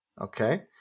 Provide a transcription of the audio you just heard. Okay